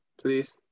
please